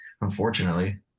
unfortunately